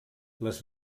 les